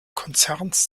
konzerns